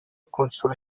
kunsura